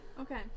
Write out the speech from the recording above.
Okay